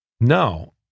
no